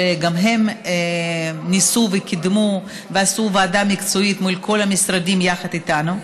שגם הם ניסו וקידמו ועשו ועדה מקצועית מול כל המשרדים יחד איתנו.